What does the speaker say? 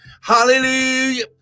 Hallelujah